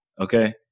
okay